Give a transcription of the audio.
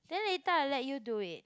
then later I let you do it